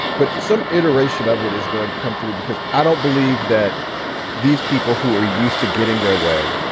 but some iteration of it is going to come through, because i don't believe that these people who are used to getting their way,